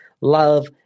love